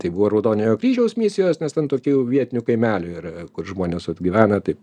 tai buvo raudonojo kryžiaus misijos nes ten tokių vietinių kaimelių yra kur žmonės gyvena taip